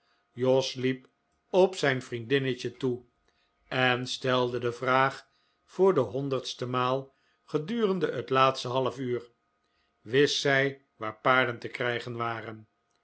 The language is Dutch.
jos liep op zijn vriendinnetje toe en stelde de vraag voor de honderdste maal gedurende het laatste half uur wist zij waar paarden te krijgen waren